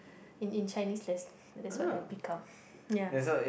in in Chinese there's that's what I picked up ya